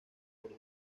por